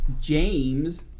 James